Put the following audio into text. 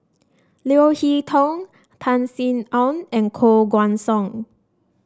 Leo Hee Tong Tan Sin Aun and Koh Guan Song